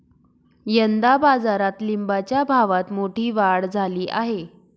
यंदा बाजारात लिंबाच्या भावात मोठी वाढ झाली आहे